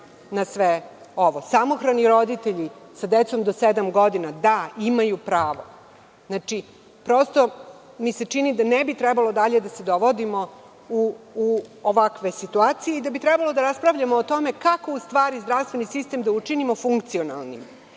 na sve ovo. Samohrani roditelji sa decom do sedam godina imaju pravo. Prosto mi se čini da ne bi trebalo dalje da se dovodimo u ovakve situacije i da bi trebalo da raspravljamo o tome kako zdravstveni sistem da učinimo funkcionalnim.